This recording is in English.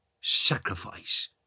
sacrifice